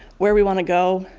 where we want to go,